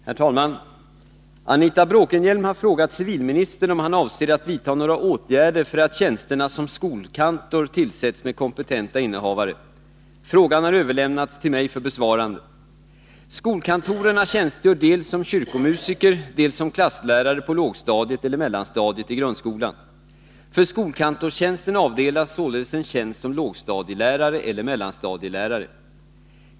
Herr talman! Anita Bråkenhielm har frågat civilministern om han avser att vidta några åtgärder för att tjänsterna som skolkantor tillsätts med kompetenta innehavare. Frågan har överlämnats till mig för besvarande. Skolkantorerna tjänstgör dels som kyrkomusiker, dels som klasslärare på lågstadiet eller mellanstadiet i grundskolan. För skolkantorstjänsten avdelas således en tjänst som lågstadielärare eller mellanstadielärare.